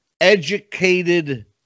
educated